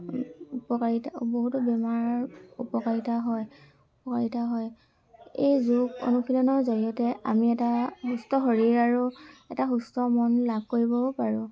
উপকাৰিতা বহুতো বেমাৰ উপকাৰিতা হয় উপকাৰিতা হয় এই যোগ অনুশীলৰ জৰিয়তে আমি এটা সুস্থ শৰীৰ আৰু এটা সুস্থ মন লাভ কৰিবও পাৰোঁ